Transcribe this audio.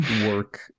work